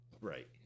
Right